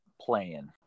playing